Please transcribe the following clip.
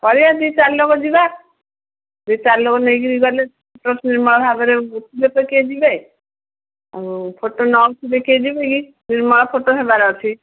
କରିବା ଦୁଇ ଲୋକ ଯିବା ଦୁଇ ଚାରିଲୋକ ନେଇକି ଗଲେ ଫଟୋ ନିର୍ମଳ ଭାବରେ ଉଠିଲେ ତ କିଏ ଯିବେ ଆଉ ଫଟୋ ନ ଉଠିଲେ କିଏ ଯିବେ କି ନିର୍ମଳ ଫଟୋ ହେବାର ଅଛି